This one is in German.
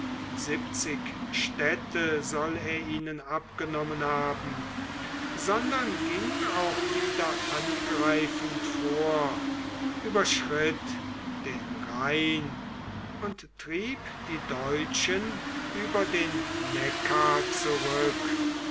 städte soll er ihnen abgenommen haben sondern ging auch wieder angreifend vor überschritt den rhein und trieb die deutschen über den neckar zurück